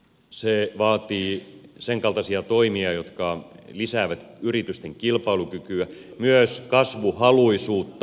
se vaatii sen kaltaisia toimia jotka lisäävät yritysten kilpailukykyä myös kasvuhaluisuutta